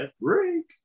break